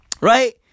Right